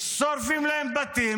שורפים להם בתים,